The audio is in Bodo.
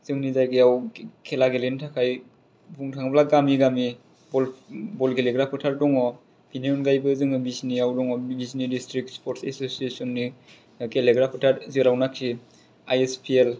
जोंनि जायगायाव खेला गेलेनो थाखाय बुंनो थाङोब्ला गामि गामि बल बल गेलेग्रा फोथार दङ बिनि अनगायैबो जोङो बिजनियाव दङ बिजनि डिस्ट्रिक स्पर्टस एस'सियेसननि गेलेग्रा फोथार जेराव नाखि आइ एस पि एल